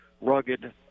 rugged